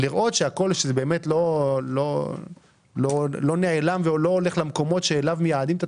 כדי לראות שזה לא נעלם ולא הולך למקומות אחרים.